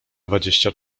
dwadzieścia